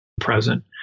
present